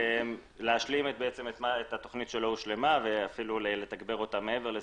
להשלים את התכנית שלא הושלמה ואף לתגבר אותה מעבר לזה,